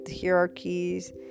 hierarchies